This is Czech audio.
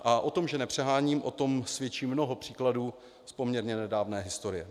A o tom, že nepřeháním, o tom svědčí mnoho příkladů z poměrně nedávné historie.